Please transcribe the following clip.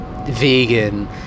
vegan